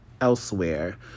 elsewhere